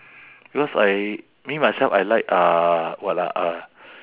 because I me myself I like uh what ah uh